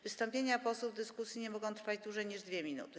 Wystąpienia posłów w dyskusji nie mogą trwać dłużej niż 2 minuty.